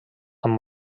amb